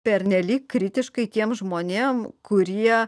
pernelyg kritiškai tiems žmonėms kurie